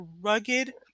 rugged